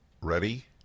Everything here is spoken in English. Ready